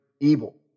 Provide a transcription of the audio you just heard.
Evil